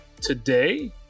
today